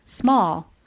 small